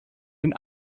den